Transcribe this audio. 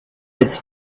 its